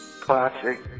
classic